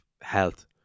health